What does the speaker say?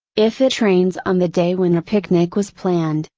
if it rains on the day when a picnic was planned,